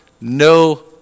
no